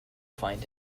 find